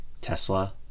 Tesla